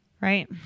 right